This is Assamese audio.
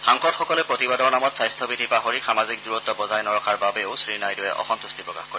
সাংসদসকলে প্ৰতিবাদৰ নামত স্বাস্থ বিধি পাহৰি সামাজিক দূৰত্ব বজাই নৰখাৰ বাবেও শ্ৰীনাইডুৱে অসম্ভট্টি প্ৰকাশ কৰে